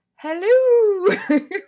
hello